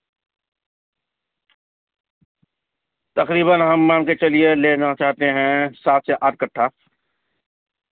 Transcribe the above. تقریباً ہم مان کے چلیے لینا چاہتے ہیں سات سے آٹھ کٹھا